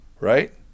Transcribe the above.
Right